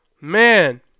Man